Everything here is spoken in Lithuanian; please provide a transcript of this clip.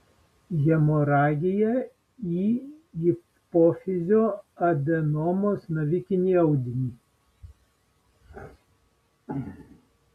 hemoragija į hipofizio adenomos navikinį audinį